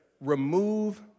remove